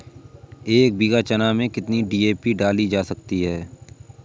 एक बीघा चना में कितनी डी.ए.पी डाली जा सकती है?